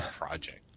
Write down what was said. project